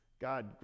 God